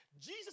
Jesus